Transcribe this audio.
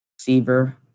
Receiver